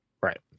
Right